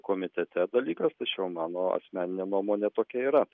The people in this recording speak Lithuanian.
komitete dalykas tačiau mano asmeninė nuomonė tokia yra